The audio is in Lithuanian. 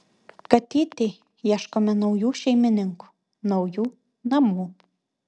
katytei ieškome naujų šeimininkų naujų namų